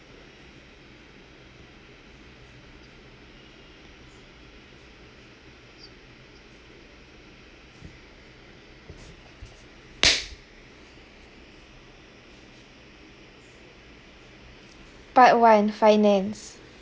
part one finance